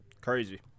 crazy